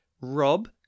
Rob